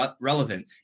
relevant